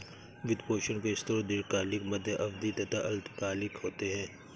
वित्त पोषण के स्रोत दीर्घकालिक, मध्य अवधी तथा अल्पकालिक होते हैं